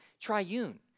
triune